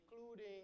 including